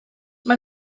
mae